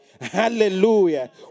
Hallelujah